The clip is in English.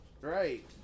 right